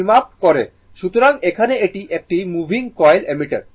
সুতরাং এখানে এটি একটি মুভিং কয়েল অ্যামমিটার